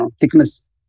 thickness